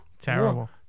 Terrible